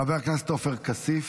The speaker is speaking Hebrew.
חבר הכנסת עופר כסיף.